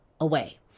away